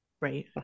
Right